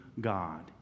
God